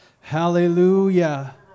Hallelujah